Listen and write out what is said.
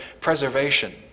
preservation